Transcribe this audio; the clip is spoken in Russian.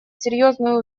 серьезную